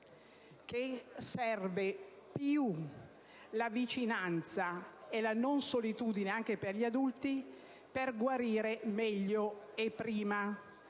che serve più la vicinanza e la non solitudine, anche per gli adulti, per guarire meglio e prima,